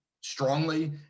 strongly